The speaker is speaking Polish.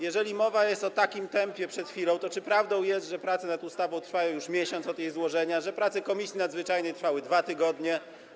Jeżeli mowa była o takim tempie przed chwilą, to czy prawdą jest, że prace nad ustawą trwają już miesiąc od jej złożenia, że prace Komisji Nadzwyczajnej trwały 2 tygodnie?